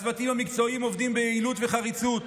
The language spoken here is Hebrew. הצוותים המקצועיים עובדים ביעילות ובחריצות.